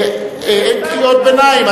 אין קריאות ביניים.